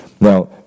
Now